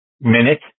minute